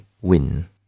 win